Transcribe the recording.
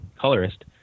colorist